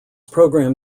program